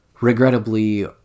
regrettably